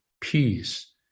peace